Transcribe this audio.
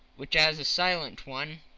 which, as a silent one,